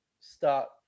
start